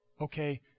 Okay